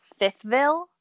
Fifthville